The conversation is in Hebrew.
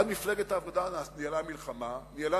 ואז מפלגת העבודה ניהלה מלחמה,